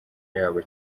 yabo